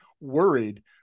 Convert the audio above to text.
worried